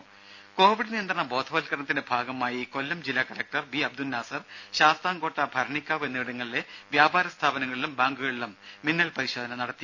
രുര കോവിഡ് നിയന്ത്രണ ബോധവത്കരണത്തിന്റെ ഭാഗമായി കൊല്ലം ജില്ലാ കലക്ടർ ബി അബ്ദുൽ നാസർ ശാസ്താംകോട്ട ഭരണിക്കാവ് എന്നിവിടങ്ങളിലെ വ്യാപാരസ്ഥാപനങ്ങളിലും ബാങ്കുകളിലും മിന്നൽ പരിശോധന നടത്തി